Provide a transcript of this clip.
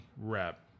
rep